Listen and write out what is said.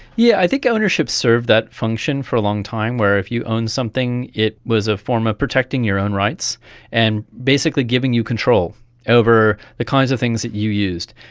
yeah i think ownership served that function for a long time, where if you owned something it was a form of protecting your own rights and basically giving you control over the kinds of things that you used.